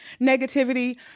negativity